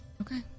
Okay